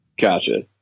Gotcha